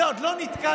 בזה עוד לא נתקלתי.